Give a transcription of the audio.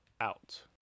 out